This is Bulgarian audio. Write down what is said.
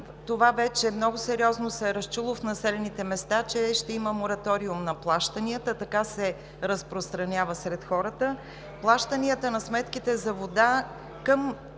първо, вече много сериозно се е разчуло в населените места, че ще има мораториум на плащанията, така се разпространява сред хората, плащанията на сметките за вода към